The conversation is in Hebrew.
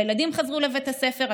הילדים חזרו לבית הספר,